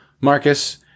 marcus